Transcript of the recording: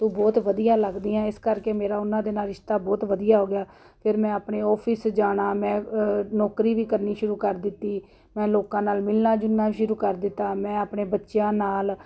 ਤੂੰ ਬਹੁਤ ਵਧੀਆ ਲੱਗਦੀ ਆ ਇਸ ਕਰਕੇ ਮੇਰਾ ਉਹਨਾਂ ਦੇ ਨਾਲ ਰਿਸ਼ਤਾ ਬਹੁਤ ਵਧੀਆ ਹੋ ਗਿਆ ਫਿਰ ਮੈਂ ਆਪਣੇ ਆਫਿਸ ਜਾਣਾ ਮੈਂ ਨੌਕਰੀ ਵੀ ਕਰਨੀ ਸ਼ੁਰੂ ਕਰ ਦਿੱਤੀ ਮੈਂ ਲੋਕਾਂ ਨਾਲ ਮਿਲਣਾ ਜੁਲਣਾ ਵੀ ਸ਼ੁਰੂ ਕਰ ਦਿੱਤਾ ਮੈਂ ਆਪਣੇ ਬੱਚਿਆਂ ਨਾਲ